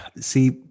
see